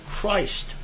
Christ